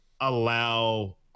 allow